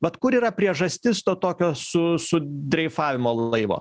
vat kur yra priežastis to tokio su sudreifavimo laivo